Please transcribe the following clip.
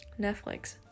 Netflix